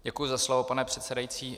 Děkuji za slovo, pane předsedající.